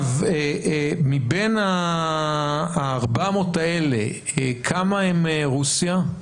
מבין ה-400 האלה כמה הם מרוסיה ואוקראינה,